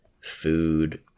food